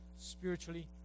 spiritually